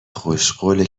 خوشقوله